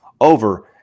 over